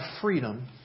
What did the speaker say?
freedom